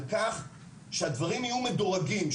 על כך שהדברים יהיו מדורגים.